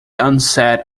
onset